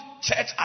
church